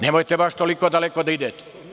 Nemojte baš toliko daleko da idete.